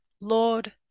Lord